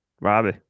Robbie